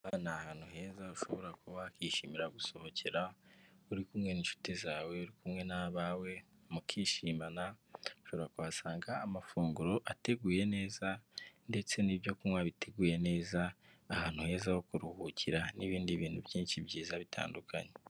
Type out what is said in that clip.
Aha ni ahantu heza ushobora kuba wakwishimira gusohokera uri kumwe n'inshuti zawe, uri kumwe n'abawe mukishimana, ushobora kuhasanga amafunguro ateguye neza ndetse n'ibyo kunywa biteguye neza, ahantu heza ho kuruhukira, n'ibindi bintu byinshi byiza bitandukanye.